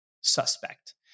suspect